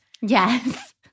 Yes